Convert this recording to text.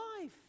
life